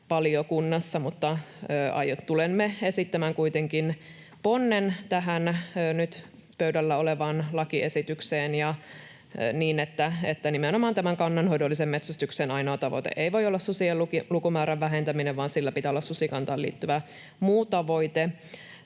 valiokunnassa, mutta tulemme esittämään kuitenkin ponnen tähän nyt pöydällä olevaan lakiesitykseen ja niin, että nimenomaan tämän kannanhoidollisen metsästyksen ainoa tavoite ei voi olla susien lukumäärän vähentäminen vaan sillä pitää olla susikantaan liittyvä muu tavoite